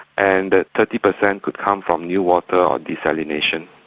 and thirty percent would come from newater or desalination.